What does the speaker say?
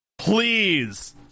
Please